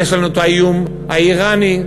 יש לנו האיום האיראני,